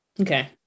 Okay